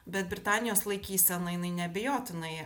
bet britanijos laikysena jinai neabejotinai